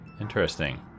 Interesting